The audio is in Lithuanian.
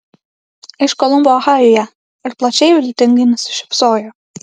iš kolumbo ohajuje ir plačiai viltingai nusišypsojo